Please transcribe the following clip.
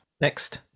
Next